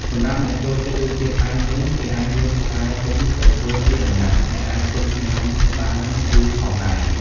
សម្រាប់អ្នកចូលចិត្តរសជាតិផ្អែមវិញ គេអាចយកផ្លែទុំទៅធ្វើជាដំណាប់ ដែលអាចទុកញ៉ាំបានយូរផងដែរ។